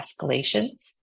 escalations